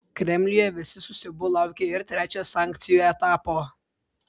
kremliuje visi su siaubu laukia ir trečiojo sankcijų etapo